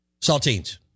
Saltines